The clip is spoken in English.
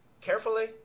carefully